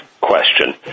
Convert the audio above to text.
question